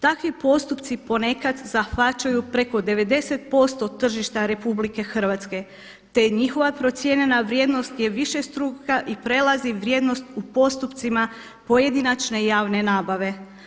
Takvi postupci ponekad zahvaćaju preko 90% tržišta RH, te je njihova procijenjena vrijednost višestruka i prelazi vrijednost u postupcima pojedinačne i javne nabave.